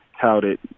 touted